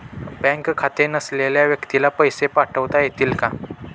Bank खाते नसलेल्या व्यक्तीला पैसे पाठवता येतील का?